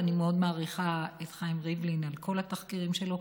ואני מאוד מעריכה את חיים ריבלין על כל התחקירים שלו,